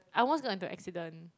I almost got into accident